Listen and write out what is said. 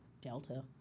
Delta